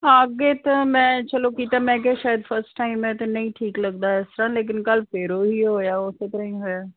ਹਾਂ ਅੱਗੇ ਤਾਂ ਮੈਂ ਚਲੋ ਕੀਤਾ ਮੈਂ ਕਿਹਾ ਸ਼ਾਇਦ ਫਸਟ ਟਾਈਮ ਤੇ ਨਹੀਂ ਠੀਕ ਲੱਗਦਾ ਇਸ ਤਰ੍ਹਾਂ ਲੇਕਿਨ ਕੱਲ ਫਿਰ ਉਹੀ ਹੋਇਆ ਉਸੇ ਤਰਾਂ ਹੀ ਹੋਇਆ